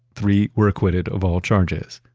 three were acquitted of all charges,